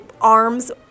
arms